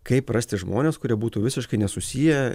kaip rasti žmones kurie būtų visiškai nesusiję